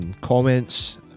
comments